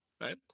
right